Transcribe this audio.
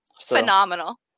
Phenomenal